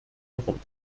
herum